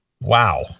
wow